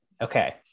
Okay